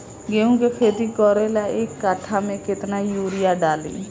गेहूं के खेती करे ला एक काठा में केतना युरीयाँ डाली?